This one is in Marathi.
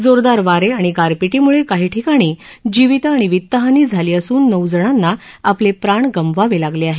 जोरदार वारे आणि गारपीटीमुळे काही ठिकाणी जिवित आणि वितहानी झाली असून नऊ जणांना आपले प्राण गमवावे लागले आहेत